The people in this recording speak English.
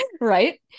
Right